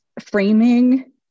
framing